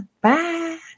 Bye